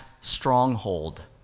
Stronghold